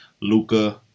Luca